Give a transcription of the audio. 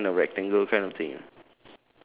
ya it's kind of rectangle kind of thing